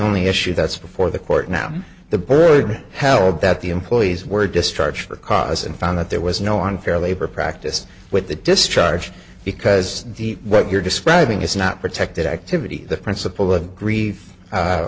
only issue that's before the court now the burden held that the employees were discharged for cause and found that there was no unfair labor practice with the discharge because the what you're describing is not protected activity the principle of gr